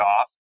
off